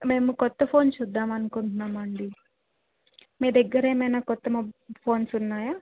మేము కొత్త ఫోన్ చూద్దామనుకుంటున్నామండి మీ దగ్గరేమయిన కొత్త మొ ఫోన్స్ ఉన్నాయా